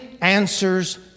answers